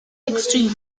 extreme